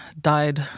died